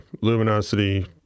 luminosity